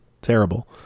terrible